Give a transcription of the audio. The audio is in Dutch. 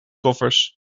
koffers